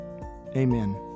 Amen